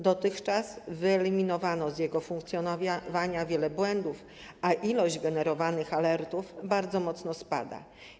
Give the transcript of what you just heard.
Dotychczas wyeliminowano z jego funkcjonowania wiele błędów, a ilość generowanych alertów bardzo mocno spada.